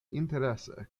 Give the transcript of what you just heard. interese